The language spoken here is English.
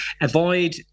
avoid